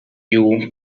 you